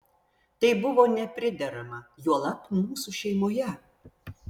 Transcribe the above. tai buvo nepriderama juolab mūsų šeimoje